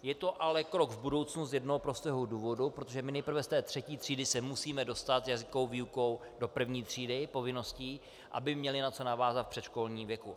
Je to ale krok v budoucnu z jednoho prostého důvodu, protože my nejprve z té třetí třídy se musíme dostat jazykovou výukovou do první třídy povinností, aby měli na co navázat v předškolním věku.